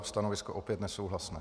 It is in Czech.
Stanovisko opět nesouhlasné.